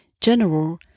general